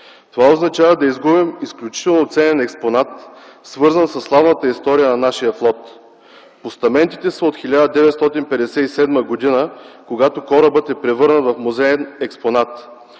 Това означава да изгубим изключително ценен експонат, свързан със славната история на нашия флот. Постаментите са от 1957 г., когато корабът е превърнат в музеен експонат.